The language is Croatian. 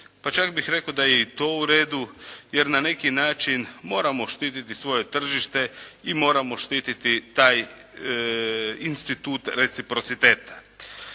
pa čak bih rekao da je i to u redu jer na neki način moramo štititi svoje tržište i moramo štititi taj institut reciprociteta.